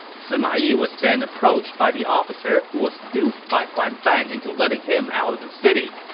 sima yi was then approached by the officer who was duped by huan fan into letting him out of the city.